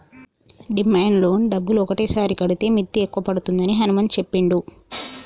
demand loan డబ్బులు ఒకటేసారి కడితే మిత్తి ఎక్కువ పడుతుందని హనుమంతు చెప్పిండు